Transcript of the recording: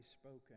spoken